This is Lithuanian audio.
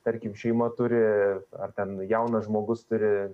tarkim šeima turi ar ten jaunas žmogus turi